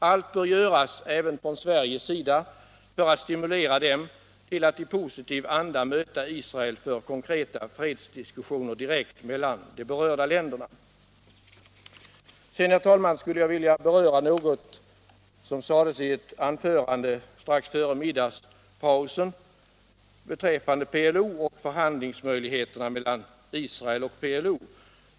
Allt bör göras — även från Sveriges sida — för att stimulera dem till att i positiv anda möta Israel för konkreta fredsdiskussioner direkt mellan de berörda länderna. Sedan, herr talman, skulle jag vilja beröra något som sades i ett anförande strax före middagspausen beträffande PLO och möjligheterna till förhandlingar mellan Israel och PLO.